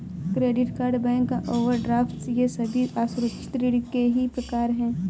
credit card bank overdraft ये सभी असुरक्षित ऋण के ही प्रकार है